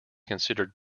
considered